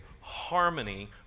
harmony